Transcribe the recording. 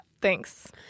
thanks